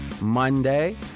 Monday